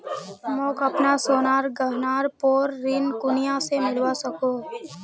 मोक अपना सोनार गहनार पोर ऋण कुनियाँ से मिलवा सको हो?